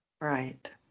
Right